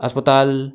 अस्पताल